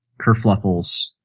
kerfluffles